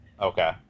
Okay